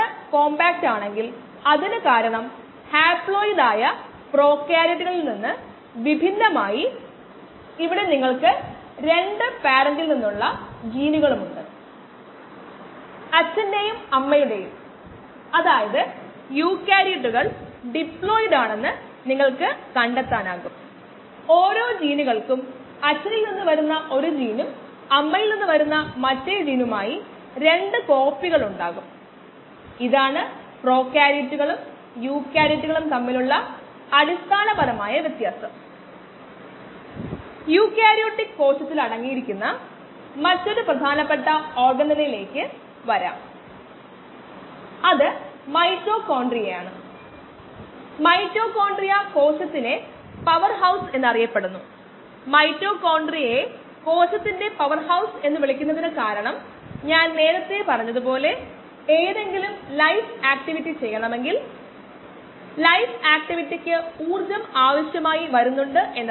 സമവാക്യം ഇത് 1 by mu ആയിരുന്നു ln of x by x naught plus t zero സമയത്തിന് തുല്യമാണ് അതിനാൽ നമുക്ക് ഇവിടെ സമയം ആവശ്യമാണ്